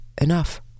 enough